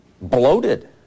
bloated